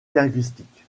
linguistique